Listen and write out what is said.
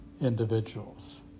individuals